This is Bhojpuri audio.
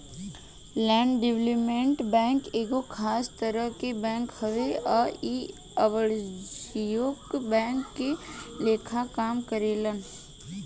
लैंड डेवलपमेंट बैंक एगो खास तरह के बैंक हवे आ इ अवाणिज्यिक बैंक के लेखा काम करेला